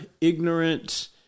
ignorant